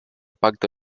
pacto